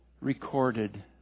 recorded